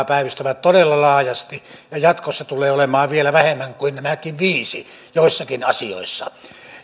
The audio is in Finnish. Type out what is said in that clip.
päivystää todella laajasti ja jatkossa tulee olemaan vielä vähemmän kuin nämäkin viisi joissakin asioissa